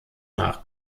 nach